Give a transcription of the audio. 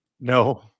No